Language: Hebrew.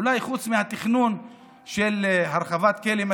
אולי חוץ מהתכנון של הרחבת כלא מגידו,